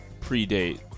predate